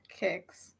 kicks